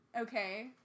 okay